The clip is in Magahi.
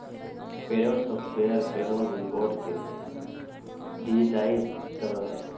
पेरोल सॉफ्टवेयर पेरोल रिकॉर्ड के डिजिटाइज करो हइ